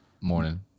Morning